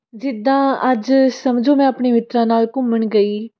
ਜਿੱਦਾਂ ਅੱਜ ਸਮਝੋ ਮੈਂ ਆਪਣੀ ਮਿੱਤਰਾਂ ਨਾਲ ਘੁੰਮਣ ਗਈ